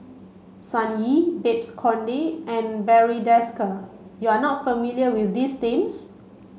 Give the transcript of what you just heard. Sun Yee Babes Conde and Barry Desker you are not familiar with these names